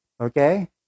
Okay